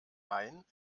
main